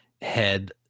head